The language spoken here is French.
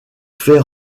fait